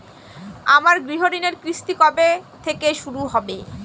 আমার গৃহঋণের কিস্তি কবে থেকে শুরু হবে?